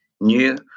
new